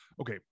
okay